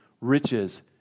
riches